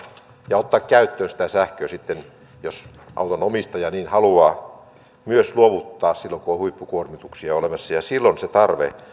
ja ottaa käyttöön sitä sähköä ja jos autonomistaja niin haluaa myös luovuttaa silloin kun on huippukuormituksia olemassa silloin se tarve